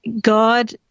God